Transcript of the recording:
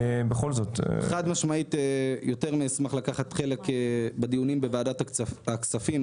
חד משמעית יותר מאשמח לקחת חלק בדיונים בוועדת הכספים.